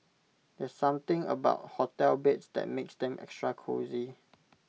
there's something about hotel beds that makes them extra cosy